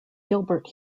gilbert